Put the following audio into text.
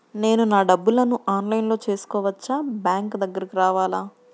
నేను నా డబ్బులను ఆన్లైన్లో చేసుకోవచ్చా? బ్యాంక్ దగ్గరకు రావాలా?